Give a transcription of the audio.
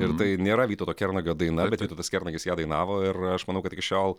ir tai nėra vytauto kernagio daina bet vytautas kernagis ją dainavo ir aš manau kad iki šiol